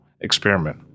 experiment